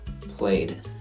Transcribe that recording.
played